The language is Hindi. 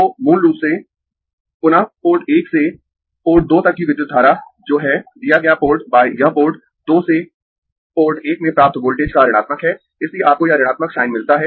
तो मूल रूप से पुनः पोर्ट एक से पोर्ट दो तक की विद्युत धारा जो है दिया गया पोर्ट यह पोर्ट दो से पोर्ट एक में प्राप्त वोल्टेज का ऋणात्मक है इसलिए आपको यह ऋणात्मक साइन मिलता है